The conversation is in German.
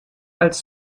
als